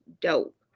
dope